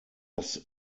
das